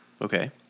Okay